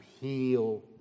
heal